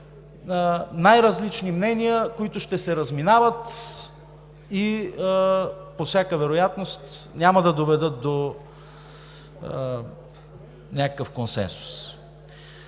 най-различни мнения, които ще се разминават, и по всяка вероятност няма да доведат до някакъв консенсус.